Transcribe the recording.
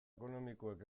ekonomikoek